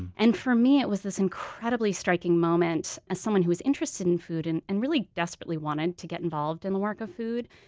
and for me, it was this incredibly striking moment. as someone who's interested in food and and desperately wanted to get involved in the work of food,